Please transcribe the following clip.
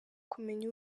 kumenya